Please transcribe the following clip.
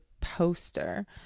poster